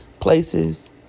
places